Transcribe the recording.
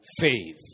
faith